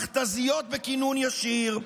מכת"זיות בכינון ישיר,